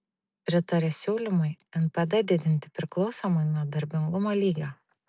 pritaria siūlymui npd didinti priklausomai nuo darbingumo lygio